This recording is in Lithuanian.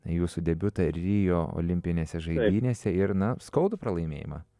jūsų debiutą rio olimpinėse žaidynėse ir na skaudų pralaimėjimą